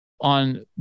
On